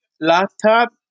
Laptop